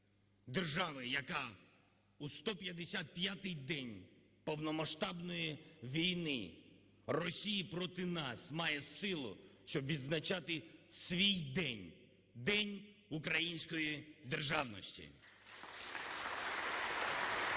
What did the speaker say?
держави, яка у 155 день повномасштабної війни Росії проти нас, має силу, щоб відзначати свій день – День Української Державності. (Оплески)